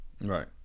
Right